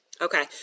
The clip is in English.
Okay